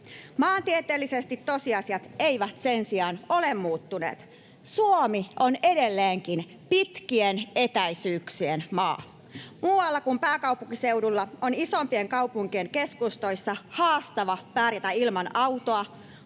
Maantieteellisesti tosiasiat eivät sen sijaan ole muuttuneet. Suomi on edelleenkin pitkien etäisyyksien maa. Muualla kuin pääkaupunkiseudulla on isompien kaupunkien keskustoissa haastavaa pärjätä ilman autoa,